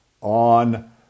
on